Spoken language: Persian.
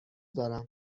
دارم